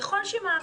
ככל שמאריכים,